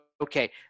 okay